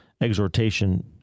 exhortation